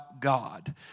God